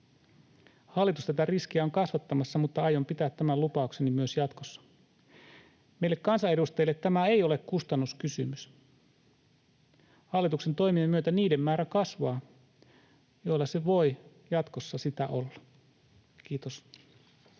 Hallitus tätä riskiä on kasvattamassa, mutta aion pitää tämän lupaukseni myös jatkossa. Meille kansanedustajille tämä ei ole kustannuskysymys. Hallituksen toimien myötä niiden määrä kasvaa, joille se voi jatkossa sitä olla. — Kiitos.